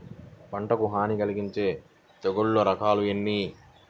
పంటకు హాని కలిగించే తెగుళ్ళ రకాలు ఎన్ని?